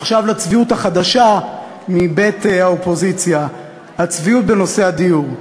עכשיו לצביעות החדשה מבית האופוזיציה הצביעות בנושא הדיור.